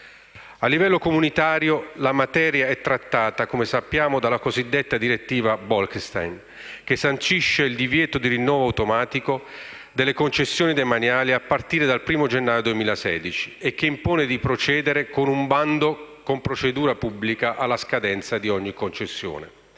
A livello comunitario la materia è trattata dalla cosiddetta direttiva Bolkestein, che sancisce il divieto di rinnovo automatico delle concessioni demaniali a partire dal primo gennaio 2016 e impone di procedere con un bando con procedura pubblica alla scadenza di ogni concessione.